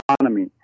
economy